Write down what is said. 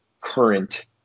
current